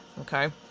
Okay